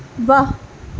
واہ